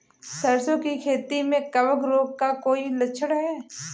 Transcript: सरसों की खेती में कवक रोग का कोई लक्षण है?